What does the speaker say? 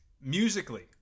Musically